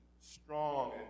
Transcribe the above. strong